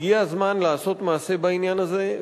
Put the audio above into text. הגיע הזמן לעשות מעשה בעניין הזה,